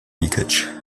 leakage